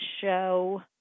show